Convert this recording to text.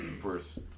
first